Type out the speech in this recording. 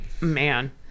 man